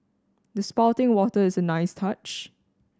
the spouting water is a nice touch